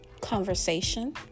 conversation